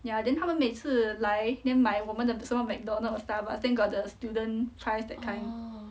ya then 他们每次来 then 买我们的什么 McDonald Starbucks then got the student price that kind